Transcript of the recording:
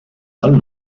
del